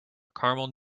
caramel